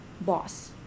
boss